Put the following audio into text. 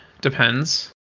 Depends